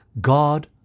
God